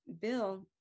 Bill